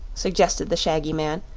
suggested the shaggy man,